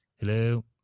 Hello